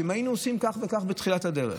אם היינו עושים כך וכך בתחילת הדרך,